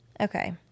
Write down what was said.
okay